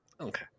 Okay